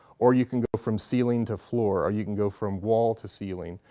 or you can go from ceiling to floor, or you can go from wall to ceiling.